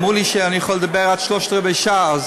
אמרו לי שאני יכול לדבר עד שלושת-רבעי השעה.